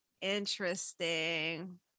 Interesting